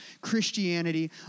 Christianity